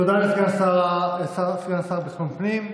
תודה לסגן השר לביטחון הפנים.